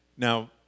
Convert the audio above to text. Now